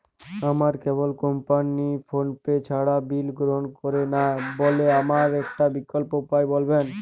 আমার cable company PhonePe ছাড়া bill গ্রহণ করে না বলে আমার একটা বিকল্প উপায় বলবেন?